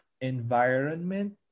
environment